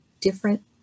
different